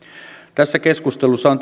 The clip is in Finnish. tässä keskustelussa on